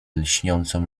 lśniącą